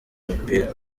umupira